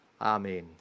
Amen